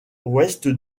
ouest